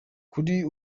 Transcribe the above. kuri